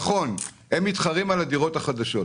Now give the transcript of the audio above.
נכון, הם מתחרים על הדירות החדשות.